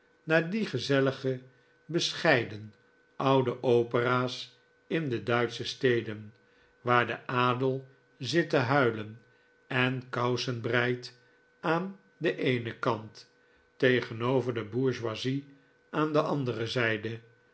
naar die gezellige bescheiden oude opera's in de duitsche steden waar de adel zit te huilen en kousen breit aan den eenen kant tegenover de bourgeoisie aan de andere zijde